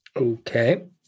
Okay